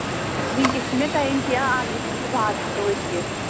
وٕنۍکٮ۪س چھِ مےٚ ٹایم کیٚنٛہہ اَکھ زٕ گنٛٹہٕ بعد ہٮ۪کو أسۍ یِتھ